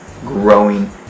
growing